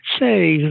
say